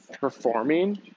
performing